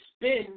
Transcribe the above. spin